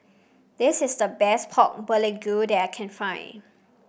this is the best Pork Bulgogi that I can find